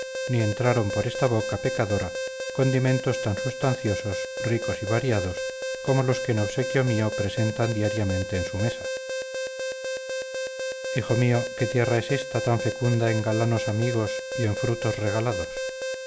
ni entraron por esta boca pecadora condimentos tan substanciosos ricos y variados como los que en obsequio mío presentan diariamente en su mesa hijo mío qué tierra es esta tan fecunda en galanos amigos y en frutos regalados